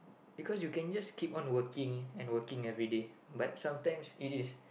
because you can just keep on working and working everyday but sometimes it is